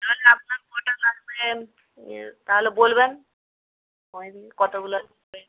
তালে আপনার কটা লাগবেন এ তাহলে বলবেন কতগুলি কতগুলো লাগবে